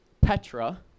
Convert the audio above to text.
Petra